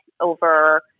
over